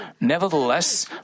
Nevertheless